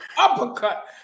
uppercut